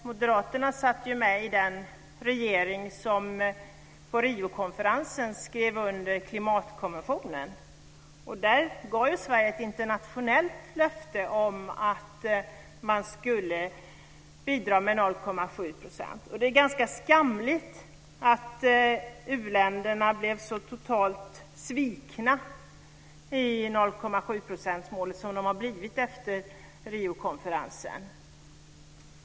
Moderaterna satt med i den regering som på Riokonferensen skrev under klimatkonventionen. Där gav Sverige ett internationellt löfte om att bidra med 0,7 %. Det är ganska skamligt att u-länderna har blivit så totalt svikna i 0,7-procentsmålet som de har blivit efter Riokonferensen.